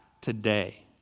today